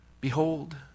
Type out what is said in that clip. Behold